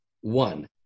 one